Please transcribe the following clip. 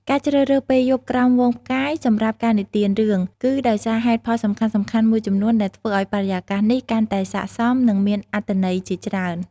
ការជ្រើសរើសពេលយប់ក្រោមហ្វូងផ្កាយសម្រាប់ការនិទានរឿង គឺដោយសារហេតុផលសំខាន់ៗមួយចំនួនដែលធ្វើឲ្យបរិយាកាសនេះកាន់តែស័ក្តិសម និងមានអត្ថន័យជាច្រើន ។